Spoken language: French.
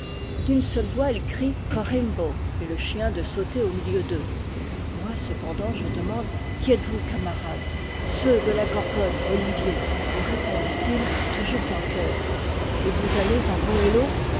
d'une seule voix ils crient korymbo et le chien de sauter au milieu d'eux moi cependant je demande qui êtes-vous camarades ceux de la gorgone olivier me répondent ils toujours en chœur et vous allez en goëlo